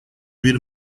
bir